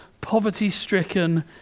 poverty-stricken